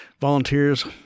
volunteers